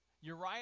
Uriah